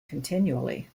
continually